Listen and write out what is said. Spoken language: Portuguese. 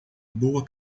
boa